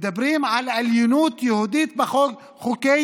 מדברים על עליונות יהודית בחוקי-יסוד.